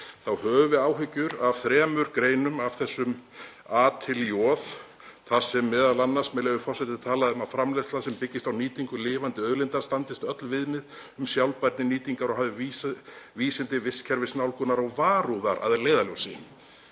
þá höfum við áhyggjur af þremur greinum af þessum a–j-greinum þar sem m.a., með leyfi forseta, er talað um að „framleiðsla sem byggist á nýtingu lifandi auðlinda standist öll viðmið um sjálfbærni nýtingar og hafi vísindi vistkerfisnálgunar og varúðar að leiðarljósi“.